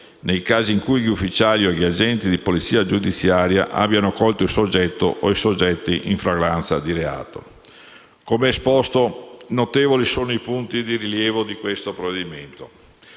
nei casi in cui gli ufficiali o gli agenti di polizia giudiziaria abbiano colto il soggetto o i soggetti in flagranza di reato. Come esposto, notevoli sono i punti di rilievo di questo provvedimento.